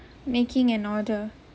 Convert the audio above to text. making an order